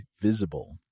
Visible